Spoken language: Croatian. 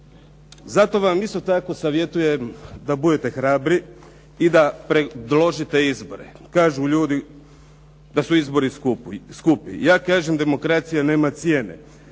Zato vam isto tako savjetujem da budete hrabri i da predložite izbore. Kažu ljudi da su izbori skupi. Ja kažem demokracija nema cijene.